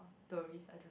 tourists I don't